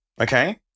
okay